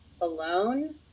alone